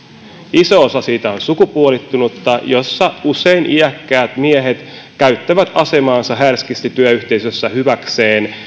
iso osa siitä on sukupuolittunutta jolloin usein iäkkäät miehet käyttävät asemaansa härskisti työyhteisössä hyväkseen